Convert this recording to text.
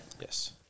Yes